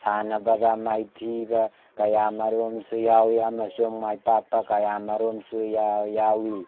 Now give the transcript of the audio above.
ꯁꯥꯟꯅꯕꯗ ꯃꯥꯏꯊꯕ ꯀꯌꯥ ꯃꯔꯨꯝꯁꯨ ꯌꯥꯎꯏ ꯑꯃꯁꯨꯡ ꯃꯥꯏ ꯄꯥꯛꯄ ꯀꯌꯥ ꯃꯔꯨꯝꯁꯨ ꯌꯥꯎꯏ